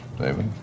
David